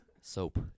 Soap